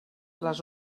les